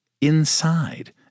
INSIDE